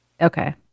okay